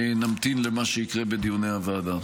נמתין למה שיקרה בדיוני הוועדה.